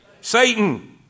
Satan